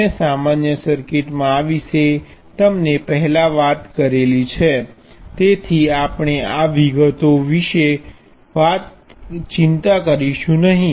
મેં સામાન્ય સર્કિટ મા આ વિશે તમને પહેલા વાત કરેલી છે તેથી આપણે આ વિગતો વિશે ચિંતા કરીશું નહીં